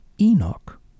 Enoch